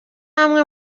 amwe